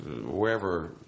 wherever